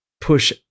push